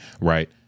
right